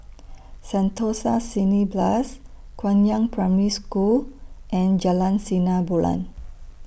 Sentosa Cineblast Guangyang Primary School and Jalan Sinar Bulan